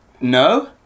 No